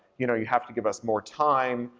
you know, you have to give us more time.